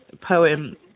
poem